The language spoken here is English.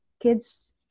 Kids